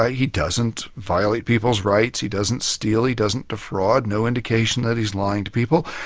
ah he doesn't violate people's rights, he doesn't steal, he doesn't defraud, no indication that he's lying to people.